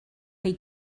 chi